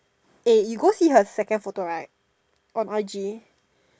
eh you go see her second photo right on I_G